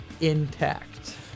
intact